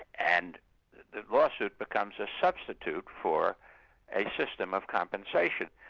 and the lawsuit becomes a substitute for a system of compensation.